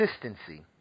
consistency